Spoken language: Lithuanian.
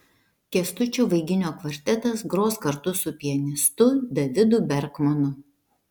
kęstučio vaiginio kvartetas gros kartu su pianistu davidu berkmanu